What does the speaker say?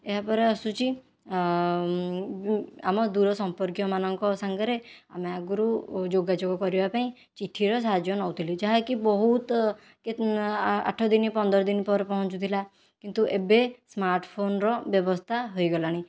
ଏହାପରେ ଆସୁଛି ଆମ ଦୂର ସମ୍ପର୍କୀୟମାନଙ୍କ ସାଙ୍ଗରେ ଆମେ ଆଗରୁ ଯୋଗାଯୋଗ କରିବା ପାଇଁ ଚିଠିର ସାହାଯ୍ୟ ନେଉଥିଲୁ ଯାହାକି ବହୁତ ଆଠ ଦିନ ପନ୍ଦର ଦିନ ପରେ ପହଞ୍ଚୁଥିଲା କିନ୍ତୁ ଏବେ ସ୍ମାର୍ଟ ଫୋନର ବ୍ୟବସ୍ଥା ହୋଇଗଲାଣି